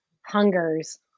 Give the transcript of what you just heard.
hungers